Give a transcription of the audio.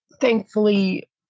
thankfully